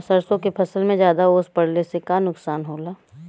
सरसों के फसल मे ज्यादा ओस पड़ले से का नुकसान होला?